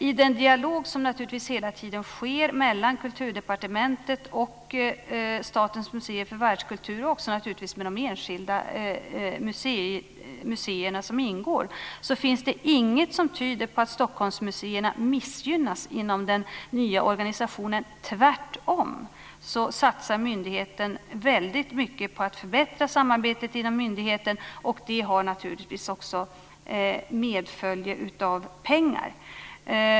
I den dialog som naturligtvis hela tiden sker mellan Kulturdepartementet och Statens museer för världskultur och också naturligtvis med de enskilda museer som ingår finns det inget som tyder på att Stockholmsmuseerna missgynnas inom den nya organisationen. Tvärtom satsar myndigheten väldigt mycket på att förbättra samarbetet inom myndigheten, och den satsningen medföljs av pengar.